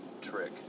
Trick